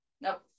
nope